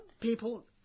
people